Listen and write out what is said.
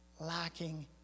lacking